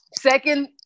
second